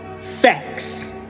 facts